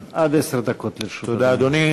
עד עשר דקות לרשות אדוני.